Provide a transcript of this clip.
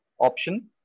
option